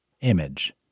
Image